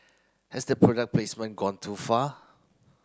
has the product placement gone too far